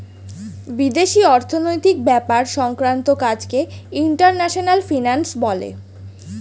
বিদেশি অর্থনৈতিক ব্যাপার সংক্রান্ত কাজকে ইন্টারন্যাশনাল ফিন্যান্স বলে